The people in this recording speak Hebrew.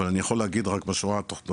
אבל אני יכול להגיד רק בשורה התחתונה,